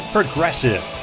Progressive